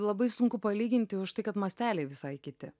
labai sunku palyginti už tai kad masteliai visai kiti